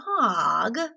dog